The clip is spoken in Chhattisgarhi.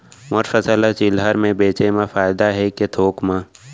मोर फसल ल चिल्हर में बेचे म फायदा है के थोक म?